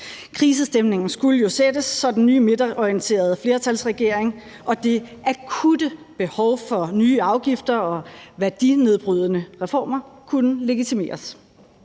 Krisestemningen skulle jo sættes, så den nye midterorienterede flertalsregering og det akutte behov for nye afgifter og værdinedbrydende reformer kunne legitimeres.